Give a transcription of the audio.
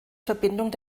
verbindung